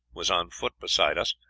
was on foot beside us,